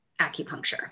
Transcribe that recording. acupuncture